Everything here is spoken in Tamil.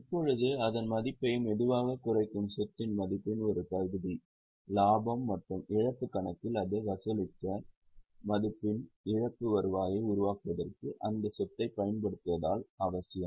இப்போது அதன் மதிப்பை மெதுவாகக் குறையும் சொத்தின் மதிப்பின் ஒரு பகுதி லாபம் மற்றும் இழப்புக் கணக்கில் அது வசூலித்த மதிப்பின் இழப்பு வருவாயை உருவாக்குவதற்கு அந்தச் சொத்தைப் பயன்படுத்துவது அவசியம்